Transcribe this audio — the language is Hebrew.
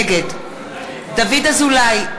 נגד דוד אזולאי,